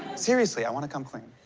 seriously, i wanna come clean.